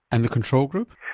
and a control group?